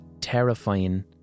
terrifying